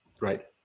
right